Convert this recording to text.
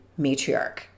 matriarch